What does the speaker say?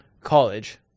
college